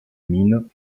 mines